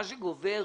מה שגובר